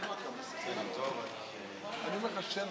אתה נראה מיואש.